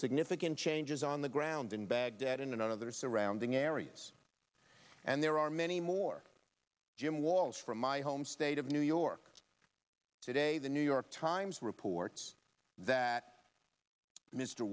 significant changes on the ground in baghdad and other surrounding areas and there are many more jim walsh from my home state of new york today the new york times reports that mr